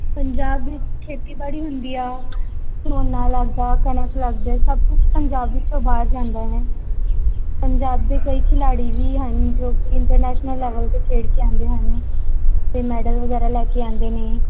ਪੰਜਾਬ ਵਿੱਚ ਖੇਤੀਬਾੜੀ ਹੁੰਦੀ ਆ ਝੋਨਾ ਲੱਗਦਾ ਕਣਕ ਲੱਗਦਾ ਸਭ ਕੁਝ ਪੰਜਾਬ ਵਿੱਚੋਂ ਬਾਹਰ ਜਾਂਦਾ ਹੈ ਪੰਜਾਬ ਦੇ ਕਈ ਖਿਡਾਰੀ ਵੀ ਹਨ ਜੋ ਇੰਟਰਨੈਸ਼ਨਲ ਲੈਵਲ 'ਤੇ ਖੇਡ ਕੇ ਆਉਂਦੇ ਹਨ ਅਤੇ ਮੈਡਲ ਵਗੈਰਾ ਲੈ ਕੇ ਆਉਂਦੇ ਨੇ